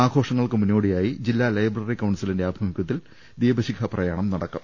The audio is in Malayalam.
ആഘോഷങ്ങൾക്ക് മുന്നോടിയായി ജില്ലാ ലൈബ്രറി കൌൺസിലിന്റെ ആഭി മുഖ്യത്തിൽ ദീപശിഖാ പ്രയാണം നടക്കും